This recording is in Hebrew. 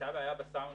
חזי שוורצמן.